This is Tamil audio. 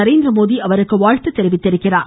நரேந்திரமோடி அவருக்கு வாழ்த்து தெரிவித்துள்ளார்